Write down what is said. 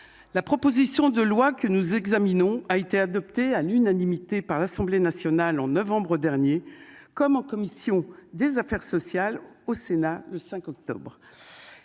la proposition de loi que nous examinons, a été adopté à l'unanimité par l'Assemblée nationale, en novembre dernier, comme en commission des affaires sociales au Sénat le 5 octobre.